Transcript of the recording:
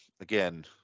again